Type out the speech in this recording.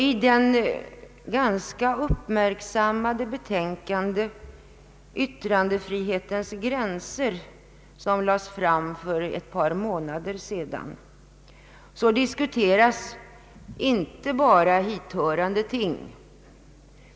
I det ganska uppmärksammade betänkande om yttrandefrihetens gränser som lades fram för ett par månader sedan diskuterades inte bara hithörande ting.